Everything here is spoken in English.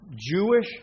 Jewish